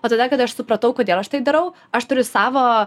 o tada kada aš supratau kodėl aš tai darau aš turiu savo